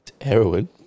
Heroin